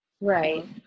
Right